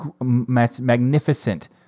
magnificent